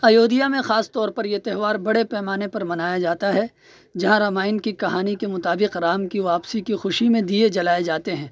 ایودھیا میں خاص طور پر یہ تہوار بڑے پیمانے پر منایا جاتا ہے جہاں رامائن کی کہانی کے مطابق رام کی واپسی کی خوشی میں دیے جلائے جاتے ہیں